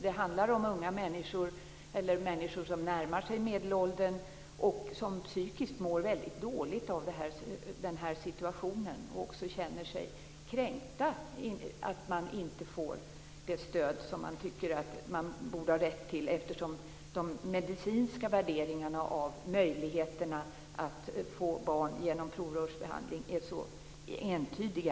Det handlar om unga människor eller människor som närmar sig medelåldern som psykiskt mår dåligt av situationen och som känner sig kränkta för att man inte får det stöd man tycker att man borde ha rätt till, eftersom de medicinska värderingarna av möjligheterna att få barn genom provrörsbehandling är så entydiga.